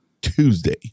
Tuesday